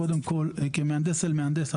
כמהנדס אל מהנדס,